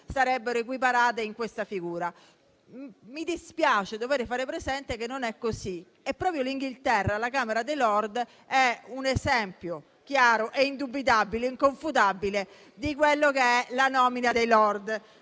sarebbero equiparate in questa figura. Mi dispiace dover fare presente che non è così. Proprio la Gran Bretagna, con la Camera dei Lord, è un esempio chiaro, indubitabile ed inconfutabile, di cosa significa la nomina dei Lord.